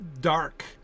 dark